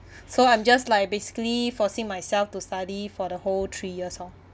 so I'm just like basically forcing myself to study for the whole three years orh